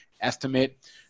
estimate